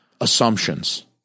assumptions